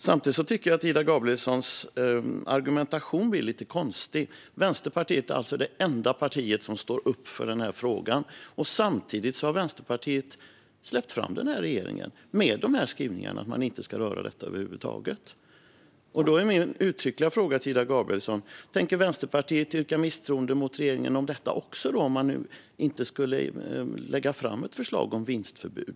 Samtidigt tycker jag att Ida Gabrielssons argumentation blir lite konstig. Vänsterpartiet är alltså det enda parti som står upp för den här frågan. Ändå har Vänsterpartiet släppt fram denna regering, med skrivningarna om att man inte ska röra detta över huvud taget. Då är min uttryckliga fråga till Ida Gabrielsson: Tänker Vänsterpartiet yrka på misstroendeförklaring mot regeringen med anledning av detta också, om man nu inte skulle lägga fram ett förslag om vinstförbud?